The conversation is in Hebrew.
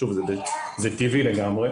שוב, זה טבעי לגמרי.